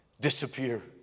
disappear